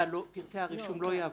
שפרטי הרישום לא יעברו.